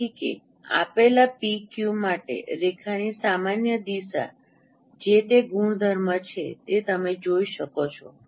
તેથી કે આ આપેલા p q માટે રેખાની સામાન્ય દિશા જે તે ગુણધર્મ છે તમે જોઈ શકો છો